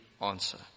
answer